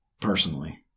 personally